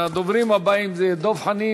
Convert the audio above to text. הדוברים הבאים הם דב חנין,